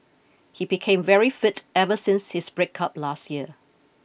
he became very fit ever since his breakup last year